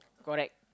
correct